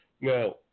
Now